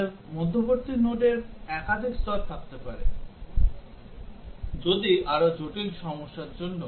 আমাদের মধ্যবর্তী নোডের একাধিক স্তর থাকতে পারে যদি আরো জটিল সমস্যার জন্য